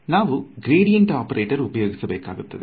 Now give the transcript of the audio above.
ನಾವು gradient operator ಉಪಯೋಗಿಸಬೇಕಾಗುತ್ತದೆ